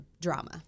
drama